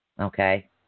Okay